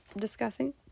discussing